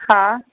हा